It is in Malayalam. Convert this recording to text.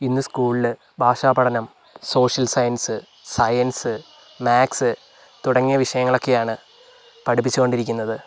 ഇന്ന് സ്കൂളിൽ ഭാഷാ പഠനം സോഷ്യൽ സയൻസ് സയൻസ് മാത്സ് തുടങ്ങിയ വിഷയങ്ങളൊക്കെയാണ് പഠിപ്പിച്ചുകൊണ്ടിരിക്കുന്നത്